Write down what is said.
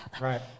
Right